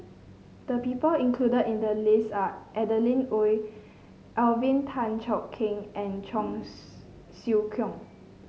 the people included in the list are Adeline Ooi Alvin Tan Cheong Kheng and Cheong Siew Keong